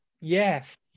Yes